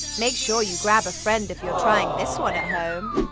make sure you grab a friend if you're trying this one at home!